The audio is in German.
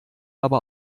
aber